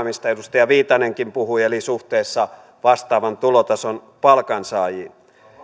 mistä edustaja viitanenkin puhui eli suhde vastaavan tulotason palkansaajiin